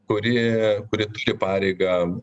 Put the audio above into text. kuri kuri turi pareigą